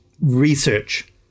research